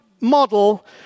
model